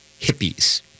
hippies